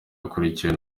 akurikiwe